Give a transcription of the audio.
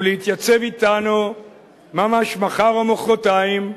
ולהתייצב אתנו ממש מחר או מחרתיים בבג"ץ,